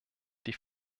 die